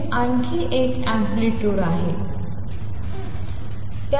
तर जे आणखी एक अँप्लितुड आहे